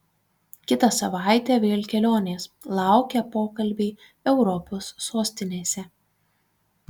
kitą savaitę vėl kelionės laukia pokalbiai europos sostinėse